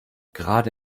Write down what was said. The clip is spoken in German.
gerade